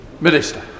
Minister